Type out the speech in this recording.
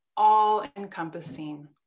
all-encompassing